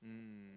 mm